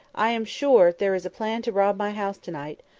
i am sure there is a plan to rob my house to-night.